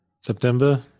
September